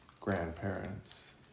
grandparents